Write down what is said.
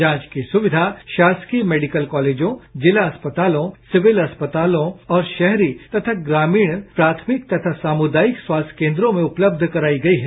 जांच की सुविधा शासकीय मेडिकल कॉलेजों जिला अस्पतालों सिविल अस्पतालों और शहरी तथा ग्रामीण प्राथमिक तथा सामुदायिक स्वास्थ्य कोन्द्रों में उपलब्ध कराई गई है